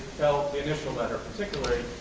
so the initial letter particularly,